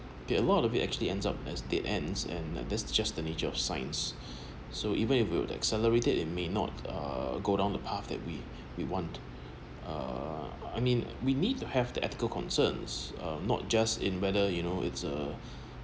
okay lot of it actually ends up as the end and that's just the nature of science so even if you accelerated it may not uh go down the path that we we want uh I mean we need to have the ethical concerns uh not just in whether you know it's a